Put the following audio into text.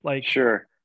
Sure